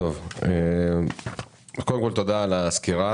תודה על הסקירה.